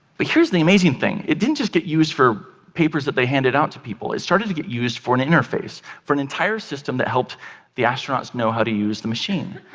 but here's the amazing thing, it didn't just get used for papers that they handed out to people. it started to get used for an interface, for an entire system that helped the astronauts know how to use the machine.